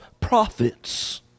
prophets